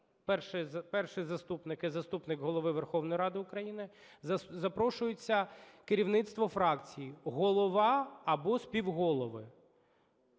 Перший заступник і заступник Голови Верховної Ради України, запрошується керівництво фракцій, голова або співголови,